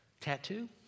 Tattoo